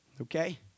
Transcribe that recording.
okay